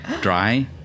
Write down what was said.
Dry